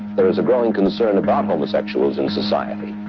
there is a growing concern about um homosexuals in society,